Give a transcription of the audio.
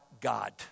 God